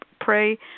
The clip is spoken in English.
pray